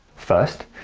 first,